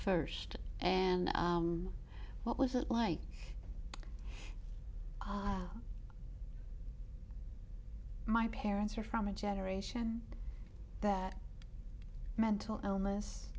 first and what was it like i my parents are from a generation that mental illness